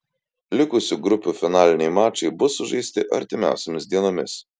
likusių grupių finaliniai mačai bus sužaisti artimiausiomis dienomis